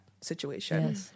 situation